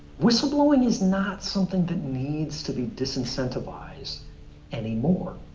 whistleblowing is not something that needs to be disincentivized anymore.